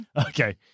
Okay